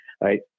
Right